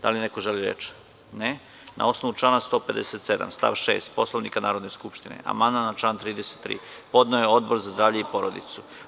Da li neko želi reč? (Ne.) Na osnovu člana 157. stav 6. Poslovnika Narodne skupštine, amandman na član 33. podneo je Odbor za zdravlje i porodicu.